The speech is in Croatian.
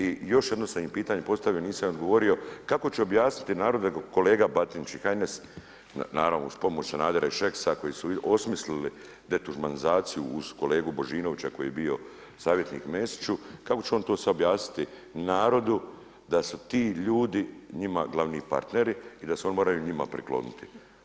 I još jedno sam im pitanje postavi nisam im odgovori, kako će objasniti narodu kolega Batinić i HNS naravno uz pomoć Sanadera i Šeksa koji su osmislili detuđmanizaciju uz kolegu Božinovića koji je bio savjetnik Mesiću, kako će on to sada objasniti narodu da su ti ljudi njima glavni partneri i da se oni moraju njima prikloniti?